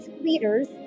leaders